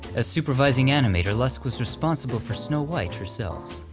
as supervising animator, luske was responsible for snow white herself.